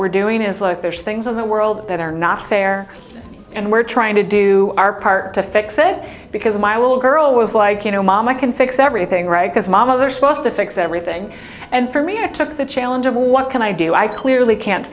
we're doing is like those things in the world that are not fair and we're trying to do our part to fix it because my little girl was like you know mom i can fix everything right because my mother supposed to fix everything and for me i took the challenge of what can i do i clearly can't